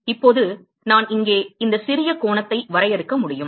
இப்போது நான் இங்கே இந்த சிறிய கோணத்தை வரையறுக்க முடியும்